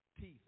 teeth